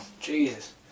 Jesus